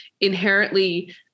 inherently